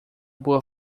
boa